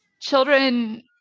Children